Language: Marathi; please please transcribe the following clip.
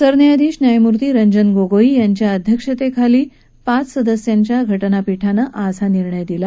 सरन्यायाधीश न्यायमूर्ती रंजन गोगोई यांच्या अध्यक्षतेखालील पाच सदस्यांच्या घटनापीठानं आज हा निर्णय दिला